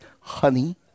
honey